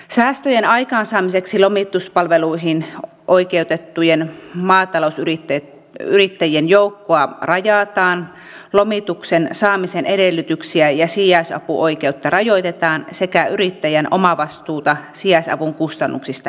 säästöjen aikaansaamiseksi lomituspalveluihin oikeutettujen maatalousyrittäjien joukkoa rajataan lomituksen saamisen edellytyksiä ja sijaisapuoikeutta rajoitetaan sekä yrittäjien omavastuuta sijaisavun kustannuksista lisätään